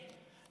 כן.